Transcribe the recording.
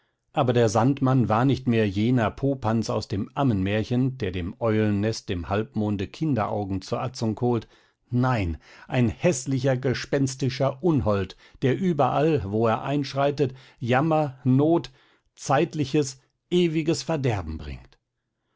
aber der sandmann war mir nicht mehr jener popanz aus dem ammenmärchen der dem eulennest im halbmonde kinderaugen zur atzung holt nein ein häßlicher gespenstischer unhold der überall wo er einschreitet jammer not zeitliches ewiges verderben bringt